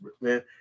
man